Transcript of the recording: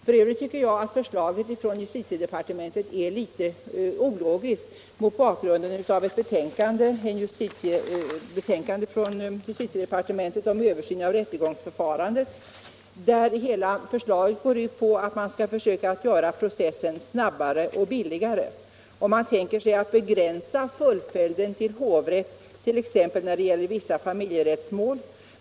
F. ö. tycker jag att justitiedepartementets förslag är litet ologiskt mot bakgrund av ett betänkande från justitiedepartementet om översyn av rättegångsförfarandet, där hela förslaget går ut på att man skall försöka göra processen snabbare och billigare, och man tänker sig att begränsa fullföljden till hovrätt exempelvis när det gäller familjerättsmål.